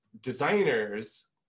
designers